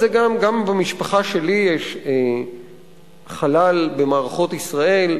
גם במשפחה שלי יש חלל במערכות ישראל,